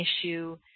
issue